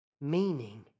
Meaning